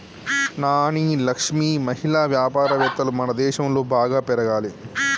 నాని లక్ష్మి మహిళా వ్యాపారవేత్తలు మనదేశంలో బాగా పెరగాలి